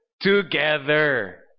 together